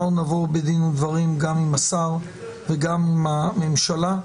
אנחנו נבוא בדין ובדברים גם עם השר וגם עם הממשלה.